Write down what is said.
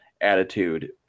attitude